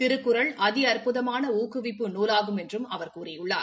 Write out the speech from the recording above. திருக்குறள் அதி அற்புதமான ஊக்குவிப்பு நூலாகும் என்றும் அவர் கூறியுள்ளார்